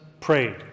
prayed